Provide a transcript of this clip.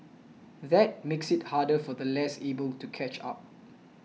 that makes it harder for the less able to catch up